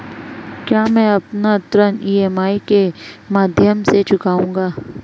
क्या मैं अपना ऋण ई.एम.आई के माध्यम से चुकाऊंगा?